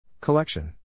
Collection